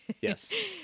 Yes